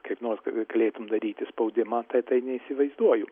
kaip nors g galėtum daryti spaudimą tai tai neįsivaizduoju